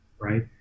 right